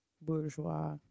Bourgeois